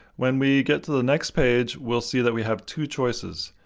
when we get to the next page, we'll see that we have two choices,